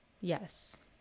Yes